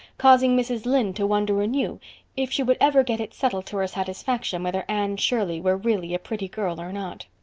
causing mrs. lynde to wonder anew if she would ever get it settled to her satisfaction whether anne shirley were really a pretty girl or not.